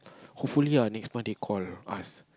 hopefully ah next month they call us